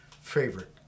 favorite